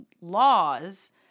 laws